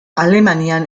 alemanian